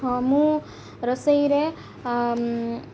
ହଁ ମୁଁ ରୋଷେଇରେ